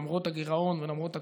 למרות הגירעון ולמרות הכול.